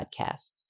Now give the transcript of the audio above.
podcast